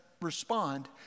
respond